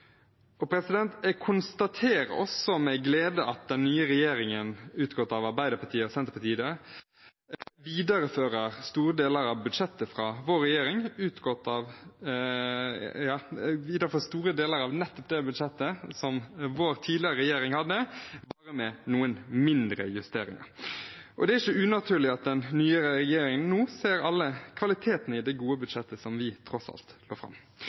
Jeg konstaterer med glede at den nye regjeringen, utgått av Arbeiderpartiet og Senterpartiet, viderefører store deler av det budsjettet som vår tidligere regjering hadde, bare med noen mindre justeringer. Det er ikke unaturlig at den nye regjeringen nå ser alle kvalitetene i det gode budsjettet som vi tross alt la fram.